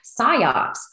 psyops